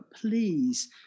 please